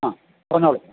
ആ പറഞ്ഞോളൂ